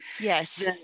Yes